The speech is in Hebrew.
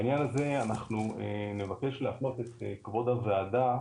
בעניין הזה אנחנו נבקש להפנות את כבוד הוועדה